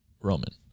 Roman